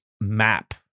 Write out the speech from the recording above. map